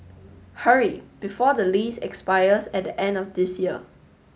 hurry before the lease expires at the end of this year